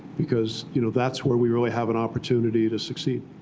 because you know that's where we really have an opportunity to succeed.